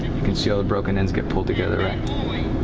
you can see all the broken ends get pulled together, and